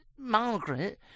Margaret